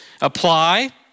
apply